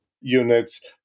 units